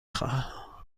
خواهم